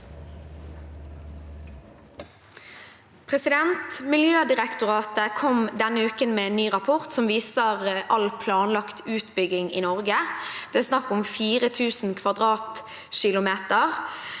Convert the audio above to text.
Miljødirektoratet kom denne uken med en ny rapport som viser all planlagt utbygging i Norge. Det er snakk om 4 000 km² – eller